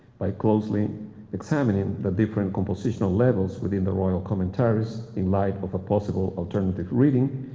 by closely examining the different compositional levels within the royal commentaries in light of a possible alternative reading,